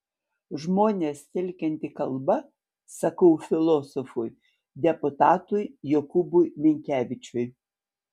žmones telkianti kalba sakau filosofui deputatui jokūbui minkevičiui